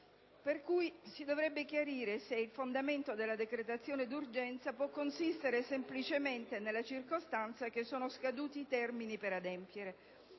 legge. Si dovrebbe, quindi, chiarire se il fondamento della decretazione di urgenza possa consistere semplicemente nella circostanza che sono scaduti i termini per adempiere.